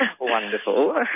Wonderful